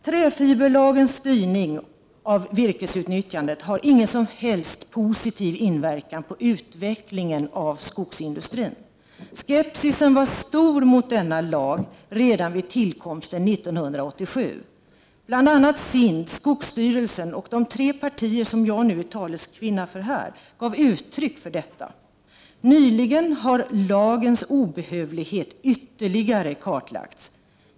Träfiberlagens styrning av virkesutnyttjandet har ingen som helst positiv inverkan på utvecklingen av skogsindustrin. Skepsisen var stor mot denna lag redan vid tillkomsten 1987. Bl.a. SIND, skogsstyrelsen och de tre partier som jag nu är taleskvinna för gav uttryck för detta. Nyligen har lagens obehövlighet ytterligare kartlagts.